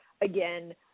Again